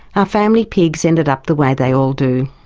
our family pigs ended up the way they all do.